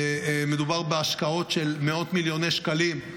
מדובר בהשקעות של מאות מיליוני שקלים,